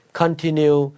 continue